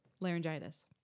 laryngitis